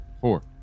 Four